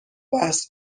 بحث